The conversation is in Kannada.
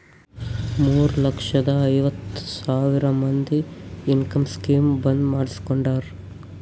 ಮೂರ ಲಕ್ಷದ ಐವತ್ ಸಾವಿರ ಮಂದಿ ಇನ್ಕಮ್ ಸ್ಕೀಮ್ ಬಂದ್ ಮಾಡುಸ್ಕೊಂಡಾರ್